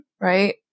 right